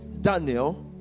Daniel